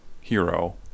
hero